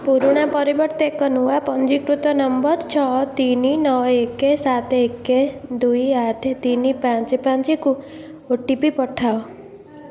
ପୁରୁଣା ପରିବର୍ତ୍ତେ ଏକ ନୂଆ ପଞ୍ଜୀକୃତ ନମ୍ବର ଛଅ ତିନି ନଅ ଏକେ ସାତେ ଏକେ ଦୁଇ ଆଠେ ତିନି ପାଞ୍ଚ ପାଞ୍ଚକୁ ଓ ଟି ପି ପଠାଅ